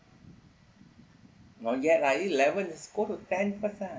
not yet lah eleven just go to ten first ah